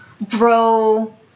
Bro